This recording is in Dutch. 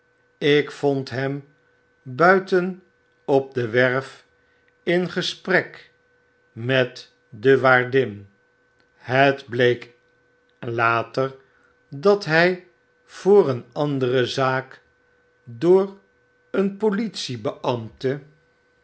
ik vond hem buiten op de werf in gesprek met de waardin het bleek later dat hy voor een andere zaak door een